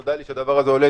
כשנודע לי שהדבר הזה עולה,